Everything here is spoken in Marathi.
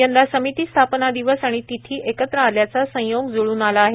यंदा समिति स्थापना दिवस आणि तिथी एकच आल्याचा संयोग जूळून आला आहे